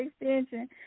extension